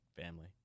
family